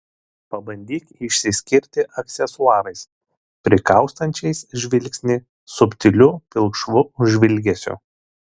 pabandyk išsiskirti aksesuarais prikaustančiais žvilgsnį subtiliu pilkšvu žvilgesiu